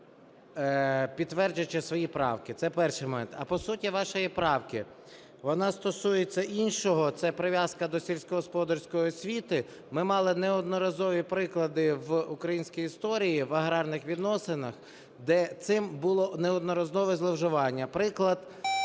підтверджуючи свої правки. Це перший момент. А по суті вашої правки, вона стосується іншого - це прив'язка до сільськогосподарської освіти. Ми мали неодноразові приклади в українській історії, в аграрних відносинах, де цим було неодноразове зловживання. Приклад,